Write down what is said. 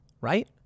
right